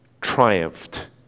triumphed